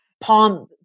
palm